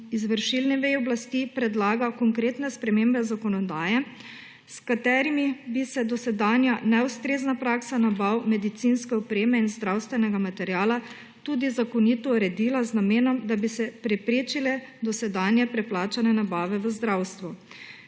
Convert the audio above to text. izvršilni veji oblasti predlaga konkretne spremembe zakonodaje, s katerimi bi se dosedanja neustrezna praksa nabav medicinske opreme in zdravstvenega materiala tudi zakonito uredila z namenom, da bi se preprečile dosedanje preplačane nabave v zdravstvu.